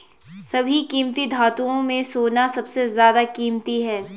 सभी कीमती धातुओं में सोना सबसे ज्यादा कीमती है